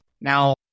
Now